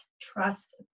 trust